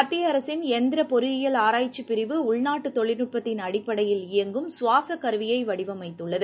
மத்திய அரசின் இயந்தர பொறியியல் ஆராய்ச்சி பிரிவு உள்நாட்டுத் தொழில்நுட்பத்தின் அடிப்படையில் இயங்கும் சுவாசக் கருவியை வடிவமைத்துள்ளது